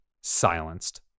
silenced